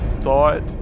thought